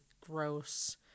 gross